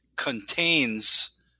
contains